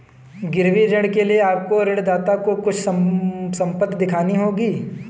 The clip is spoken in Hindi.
गिरवी ऋण के लिए आपको ऋणदाता को कुछ संपत्ति दिखानी होगी